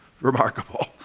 remarkable